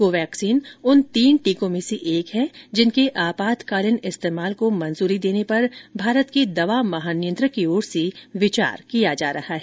कोवैक्सनी उन तीन टीकों में से एक है जिनके आपातकालीन इस्तेमाल को मंजूरी देने पर भारत के दवा महानियंत्रक की ओर से विचार किया जा रहा है